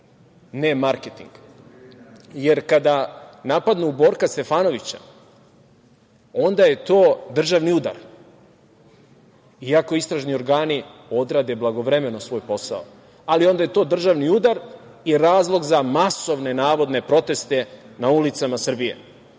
ne marketing. Jer kada napadnu Borka Stefanovića, onda je to državni udar, iako istražni organi odrade blagovremeno svoj posao, ali onda je to državni udar i razlog za masovne navodne proteste na ulicama Srbije.